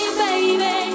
baby